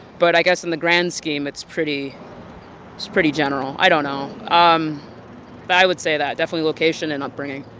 but i guess in the grand scheme, it's pretty pretty general. i don't know. um but i i would say that definitely location and upbringing.